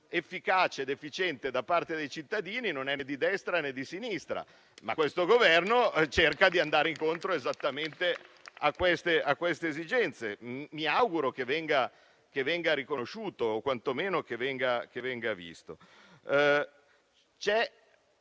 efficace ed efficiente ai cittadini non è né di destra, né di sinistra, ma questo Governo cerca di andare incontro esattamente a queste esigenze. Mi auguro che venga riconosciuto o quantomeno che ne venga preso